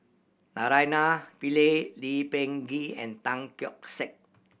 Naraina Pillai Lee Peh Gee and Tan Keong Saik